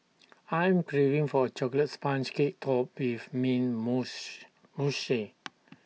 I'm craving for A Chocolate Sponge Cake Topped with mint mousse